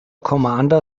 commander